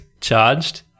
charged